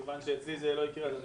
שיקול דעתכם הוא מההכרות האישית,